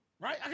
Right